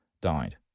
died